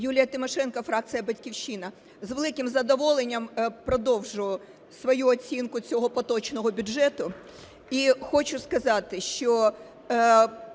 Юлія Тимошенко, фракція "Батьківщина". З великим задоволенням продовжу свою оцінку цього поточного бюджету.